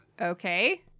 Okay